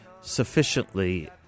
sufficiently